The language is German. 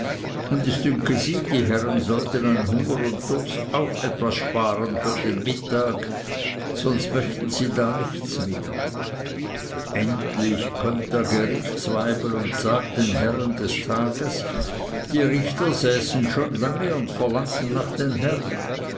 und es dünke sie die herren sollten an hunger und durst auch etwas sparen für den mittag sonst möchten sie da nichts mehr endlich kömmt der gerichtsweibel und sagt den herren des tages die richter säßen schon lange und verlangten nach den herren